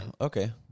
okay